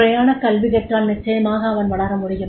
முறையான கல்வி கற்றால் நிச்சயமாக அவன் வளரமுடியும்